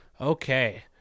Okay